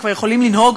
שכבר יכולים לנהוג,